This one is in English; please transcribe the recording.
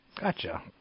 Gotcha